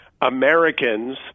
Americans